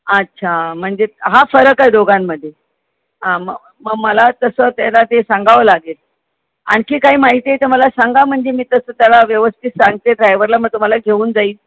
अच्छा म्हणजे हा फरक आहे दोघांमध्ये हां मग मग मला तसं त्याला ते सांगावं लागेल आणखी काही माहिती आहे तर मला सांगा म्हणजे मी तसं त्याला व्यवस्थित सांगते ड्रायवरला मग तो मला घेऊन जाईल